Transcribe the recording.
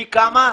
פי כמה?